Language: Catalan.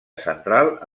central